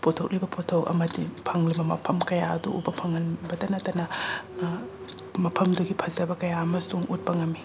ꯄꯨꯊꯣꯛꯂꯤꯕ ꯄꯣꯊꯣꯛ ꯑꯃꯗꯤ ꯐꯪꯂꯤꯕ ꯃꯐꯝ ꯀꯌꯥ ꯑꯗꯨ ꯎꯕ ꯐꯪꯍꯟꯕꯇ ꯅꯠꯇꯅ ꯃꯐꯝꯗꯨꯒꯤ ꯐꯖꯕ ꯀꯌꯥ ꯑꯃꯁꯨꯡ ꯎꯠꯄ ꯉꯝꯃꯤ